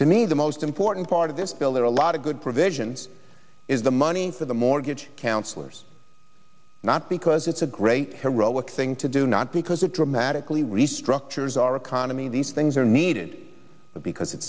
to me the most important part of this bill there are a lot of good provisions is the money for the mortgage counselors not because it's a great heroic thing to do not because it dramatically restructures our economy these things are needed because it